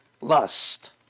lust